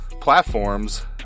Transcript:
platforms